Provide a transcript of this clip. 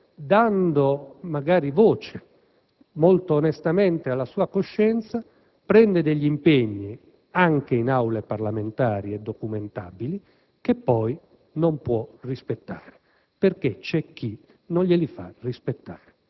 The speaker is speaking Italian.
Ritengo solamente che, a volte, dando magari voce molto onestamente alla sua coscienza, prenda degli impegni, anche nelle Aule parlamentari, e dunque documentabili, che poi non può rispettare.